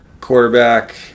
quarterback